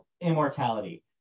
Immortality